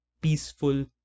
peaceful